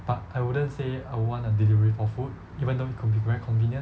but I wouldn't say I would want a delivery for food even though it could be very convenient